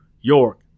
York